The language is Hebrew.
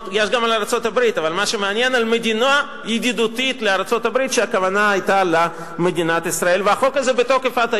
מלבד חקיקה פדרלית